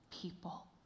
people